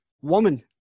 Woman